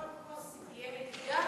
כל כוס תהיה מדידה?